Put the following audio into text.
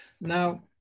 now